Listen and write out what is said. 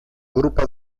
grupa